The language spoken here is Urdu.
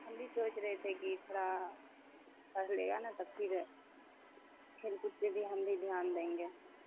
ہم بھی سوچ رہے تھے کہ تھوڑا پڑھ لے گا نا تو پھر کھیل کود سے بھی ہم بھی دھیان دیں گے